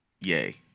yay